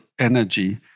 energy